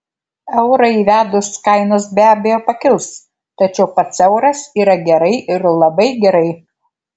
eurą įvedus kainos be abejo pakils tačiau pats euras yra gerai ir labai gerai